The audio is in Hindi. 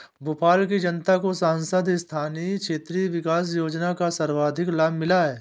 भोपाल की जनता को सांसद स्थानीय क्षेत्र विकास योजना का सर्वाधिक लाभ मिला है